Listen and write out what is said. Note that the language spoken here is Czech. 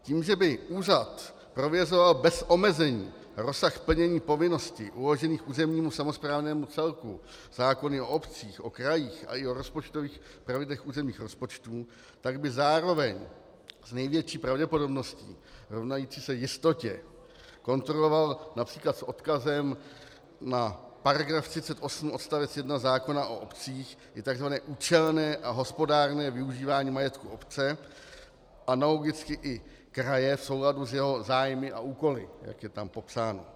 Tím, že by úřad prověřoval bez omezení rozsah plnění povinností uložených územnímu samosprávnému celku zákony o obcích, o krajích i o rozpočtových pravidlech územních rozpočtů, tak by zároveň s největší pravděpodobností rovnající se jistotě kontroloval například s odkazem na § 38 odst. 1 zákona o obcích i tzv. účelné a hospodárné využívání majetku obce, analogicky i kraje, v souladu s jeho zájmy a úkoly, jak je tam popsáno.